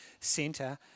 centre